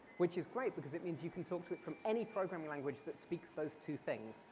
which is great because it means you can talk to it from any programming language that speaks those two things.